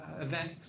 event